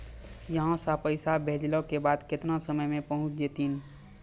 यहां सा पैसा भेजलो के बाद केतना समय मे पहुंच जैतीन?